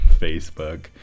Facebook